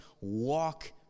walk